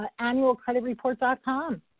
annualcreditreport.com